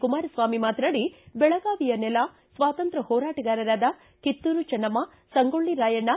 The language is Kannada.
ಕುಮಾರಸ್ವಾಮಿ ಮಾತನಾಡಿ ಬೆಳಗಾವಿಯ ನೆಲ ಸ್ವಾತಂತ್ರ್ಯ ಹೋರಾಟಗಾರರಾದ ಕಿತ್ತೂರು ಚನ್ನಮ್ಮ ಸಂಗೋಳ್ಳಿ ರಾಯಣ್ಣ